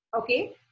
Okay